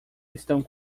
estão